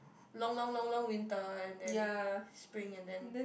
long long long long winter and then spiring and then